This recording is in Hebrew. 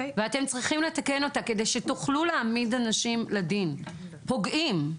ואתם צריכים לתקן אותה כדי שתוכלו להעמיד אנשים פוגעים לדין